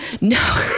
No